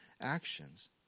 actions